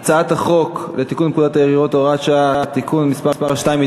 את הצעת חוק לתיקון פקודת העיריות (הוראת שעה) (תיקון מס' 2),